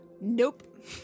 Nope